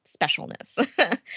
specialness